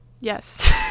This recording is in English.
yes